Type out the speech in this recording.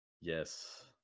Yes